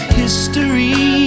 history